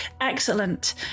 excellent